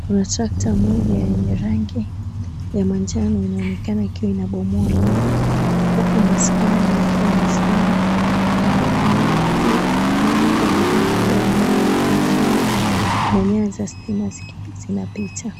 Kuna trekta moja yenye rangi ya manjano inaonekana ikiwa inabomoa nyumba huku maaskari wakiwa wamesimama kando kando pia kuna jengo lingine kubwa linaloonekana nyuma na nyaya za stima zinapita.